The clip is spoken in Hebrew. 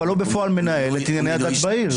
אבל הוא בפועל מנהל את ענייני הדת בעיר.